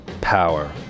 Power